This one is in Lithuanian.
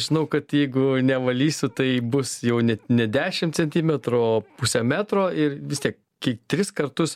žinau kad jeigu nevalysiu tai bus jau ne ne dešimt centimetrų o pusę metro ir vis tiek kiek tris kartus